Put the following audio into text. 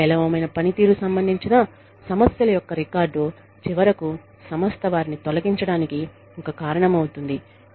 పేలవమైన పనితీరు సంబంధించిన సమస్యలు యొక్క రికార్డు చివరకు సంస్థ వారిని తొలగించడానికి ఒక కారణం అవుతుంది